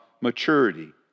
maturity